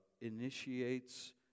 initiates